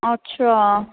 ਅੱਛਾ